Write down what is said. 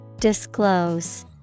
Disclose